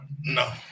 No